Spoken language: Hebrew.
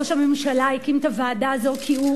ראש הממשלה הקים את הוועדה הזאת כי הוא